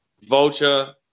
vulture